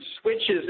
switches